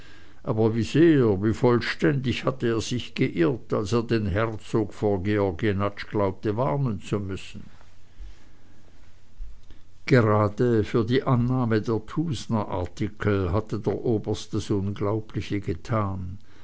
aber wie sehr wie vollständig hatte er sich geirrt als er den herzog vor georg jenatsch glaubte warnen zu müssen gerade für die annahme der thusnerartikel hatte der oberst das unglaubliche getan